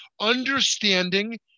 understanding